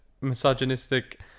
misogynistic